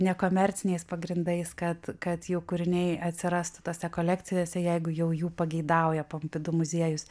nekomerciniais pagrindais kad kad jų kūriniai atsirastų tose kolekcijose jeigu jau jų pageidauja pompidu muziejus